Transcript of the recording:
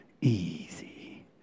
easy